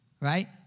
Right